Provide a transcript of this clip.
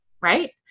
right